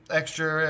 extra